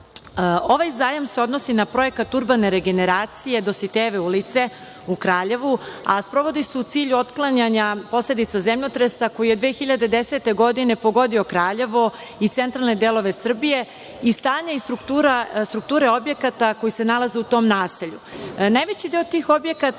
zajam se odnosi na projekat urbane generacije Dositejeve ulice u Kraljevu, a sprovodi se u cilju otklanjanja posledica zemljotresa koji je 2010. godine pogodio Kraljevo i centralne delove Srbije i stanje i struktura objekata koji se nalaze u tom naselju. Najveći deo tih objekata